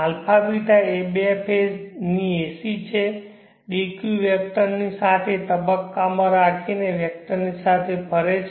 αβ એ બે ફેઝ ની ac છે dq વેક્ટરની સાથે તબક્કામાં રાખીને વેક્ટરની સાથે ફરે છે